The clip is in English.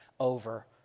over